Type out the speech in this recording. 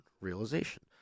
realization